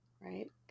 right